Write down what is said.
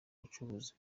abacuruzi